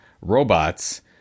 robots